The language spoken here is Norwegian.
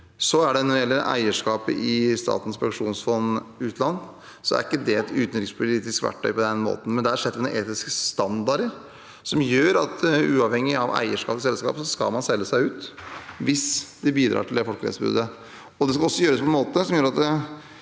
Når det gjelder eierskapet i Statens pensjonsfond utland, er ikke det et utenrikspolitisk verktøy på den måten, men det er satt noen etiske standarder som gjør at man, uavhengig av eierskapet i et selskap, skal selge seg ut hvis det bidrar til et folkerettsbrudd. Det skal også gjøres på en måte som gjør at